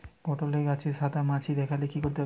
পটলে গাছে সাদা মাছি দেখালে কি করতে হবে?